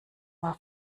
war